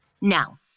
Now